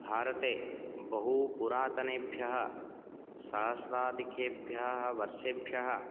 भारते बहू पुरातनेभ्यः सहस्रादिकेभ्यः वर्षेभ्यः